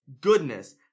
goodness